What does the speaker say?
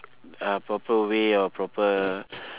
uh proper way or proper